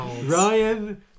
Ryan